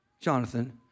Jonathan